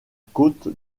côte